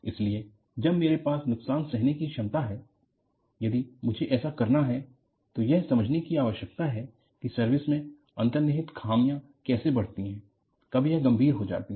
इसलिए जब मेरे पास नुकसान सहने की क्षमता है यदि मुझे ऐसा करना है तो यह समझने की आवश्यकता है कि सर्विस में अंतर्निहित खामियां कैसे बढ़ती है और कब यह गंभीर हो जाती हैं